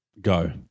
Go